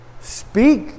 Speak